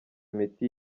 miti